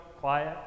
quiet